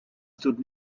stood